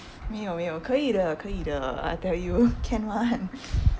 没有没有可以的可以的 I tell you can [one]